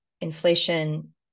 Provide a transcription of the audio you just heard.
inflation